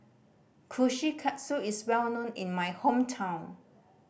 kushikatsu is well known in my hometown